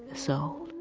so